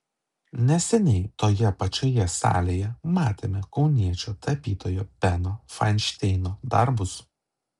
neseniai toje pačioje salėje matėme kauniečio tapytojo beno fainšteino darbus